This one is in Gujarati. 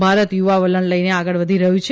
ભારત યુવા વલણ લઇને આગળ વધી રહ્યું છે